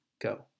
go